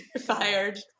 fired